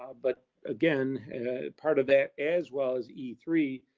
but again part of that as well as e three.